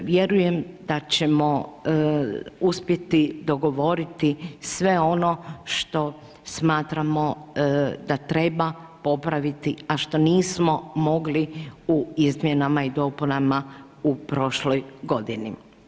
Vjerujem da ćemo uspjeti dogovoriti sve ono što smatramo da treba popraviti a što nismo mogli u izmjenama i dopunama u prošloj godini.